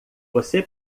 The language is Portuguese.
você